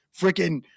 freaking